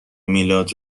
میلاد